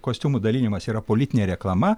kostiumų dalinimas yra politinė reklama